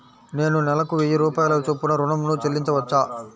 నేను నెలకు వెయ్యి రూపాయల చొప్పున ఋణం ను చెల్లించవచ్చా?